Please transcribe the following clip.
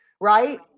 right